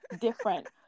different